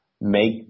make